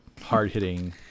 Hard-hitting